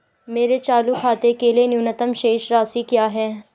मेरे चालू खाते के लिए न्यूनतम शेष राशि क्या है?